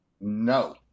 no